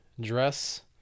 dress